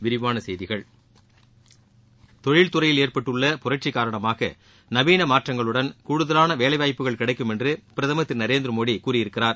விரிவான செய்திகள் தொழில்துறையில் ஏற்பட்டுள்ள புரட்சி காரணமாக நவீன மாற்றங்களுடன் கூடுதலாள வேலைவாய்ப்புகள் கிடைக்கும் என்று பிரதமர் திரு நரேந்திரமோடி கூறியிருக்கிறார்